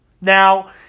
Now